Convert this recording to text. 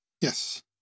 yes